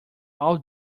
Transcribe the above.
all